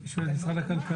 אני שואל את משרד הכלכלה.